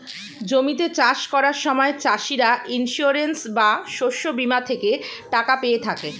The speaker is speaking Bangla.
জমিতে চাষ করার সময় চাষিরা ইন্সিওরেন্স বা শস্য বীমা থেকে টাকা পেয়ে থাকে